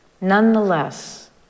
Nonetheless